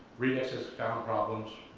readex has found problems.